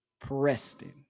Preston